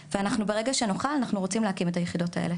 וברגע שנוכל אנחנו רוצים להקים את היחידות האלו,